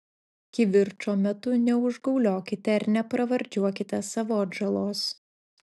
kivirčo metu neužgauliokite ir nepravardžiuokite savo atžalos